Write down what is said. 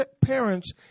parents